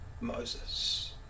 Moses